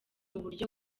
uburyo